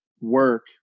work